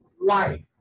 life